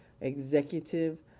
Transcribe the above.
executive